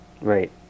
Right